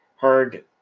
heard